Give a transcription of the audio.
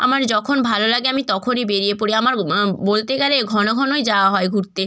আমার যখন ভালো লাগে আমি তখনই বেরিয়ে পড়ি আমার মা বলতে গেলে ঘন ঘনই যাওয়া হয় ঘুরতে